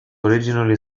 originally